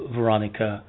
Veronica